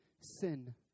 sin